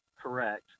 Correct